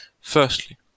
Firstly